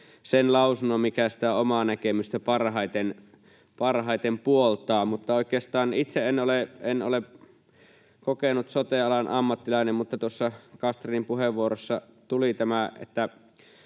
sen lausunnon, mikä sitä omaa näkemystä parhaiten puoltaa. Oikeastaan itse en ole kokenut sote-alan ammattilainen, mutta kun tuossa Castrénin puheenvuorossa tuli tämä,